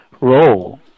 role